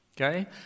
okay